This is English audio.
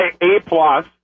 A-plus